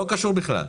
לא קשור.